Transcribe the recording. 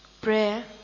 Prayer